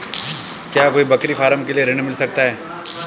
क्या कोई बकरी फार्म के लिए ऋण मिल सकता है?